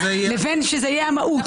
לבין שזה יהיה המהות.